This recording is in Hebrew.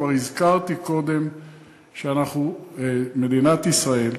כבר הזכרתי קודם שלמדינת ישראל,